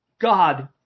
God